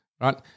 Right